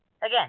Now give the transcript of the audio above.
again